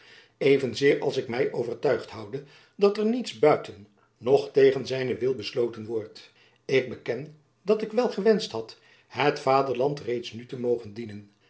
evenzeer als ik my overtuigd houde dat er niets buiten noch tegen zijnen wil besloten wordt ik beken dat ik wel gewenscht had het vaderland reeds nu te mogen dienen